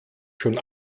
schon